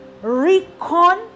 Recon